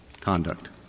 conduct